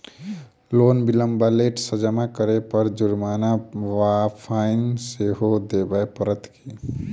Loan विलंब वा late सँ जमा करै पर जुर्माना वा फाइन सेहो देबै पड़त की?